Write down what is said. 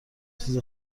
چیز